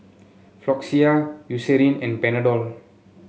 Floxia Eucerin and Panadol